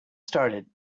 started